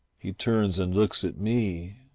he turns and looks at me.